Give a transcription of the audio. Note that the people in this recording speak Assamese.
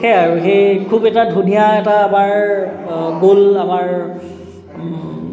সেই আৰু সেই খুব এটা ধুনীয়া এটা আমাৰ গ'ল আমাৰ